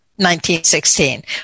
1916